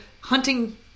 hunting